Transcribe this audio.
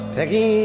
Peggy